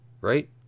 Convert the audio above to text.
Right